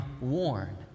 worn